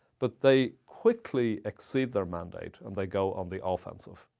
but they quickly exceed their mandate, and they go on the offensive.